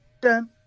dun